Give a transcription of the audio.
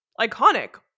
iconic